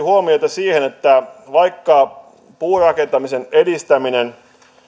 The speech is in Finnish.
huomiota siihen että vaikka puurakentamisen edistäminen